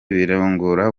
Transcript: birangora